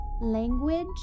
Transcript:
language